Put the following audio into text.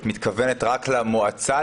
את מתכוונת רק למועצה,